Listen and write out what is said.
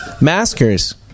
Maskers